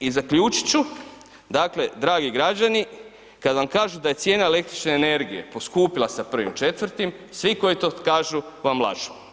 I zaključit ću, dakle dragi građani, kad vam kažu da je cijena električne energije poskupila sa 1. 4., svi koji to kažu vam lažu.